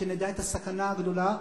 שנדע את הסכנה הגדולה,